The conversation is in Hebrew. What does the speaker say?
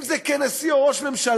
אם כנשיא, או ראש ממשלה,